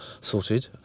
sorted